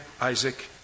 Isaac